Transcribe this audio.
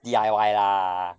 D_I_Y lah